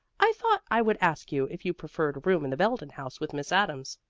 i thought i would ask you if you preferred a room in the belden house with miss adams.